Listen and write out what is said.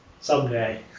someday